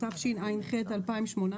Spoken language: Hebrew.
התשע"ח-2018,